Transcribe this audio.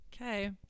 Okay